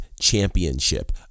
Championship